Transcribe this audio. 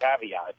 caveat